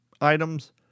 items